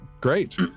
great